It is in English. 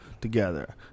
together